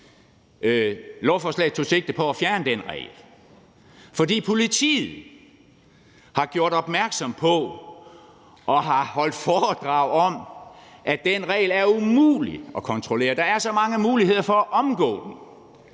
Lovforslaget tog sigte på at fjerne den regel, fordi politiet har gjort opmærksom på og har holdt foredrag om, at den regel er umulig at håndhæve. Der er så mange muligheder for at omgå den,